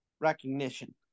recognition